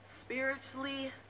spiritually